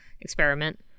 experiment